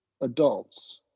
adults